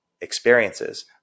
experiences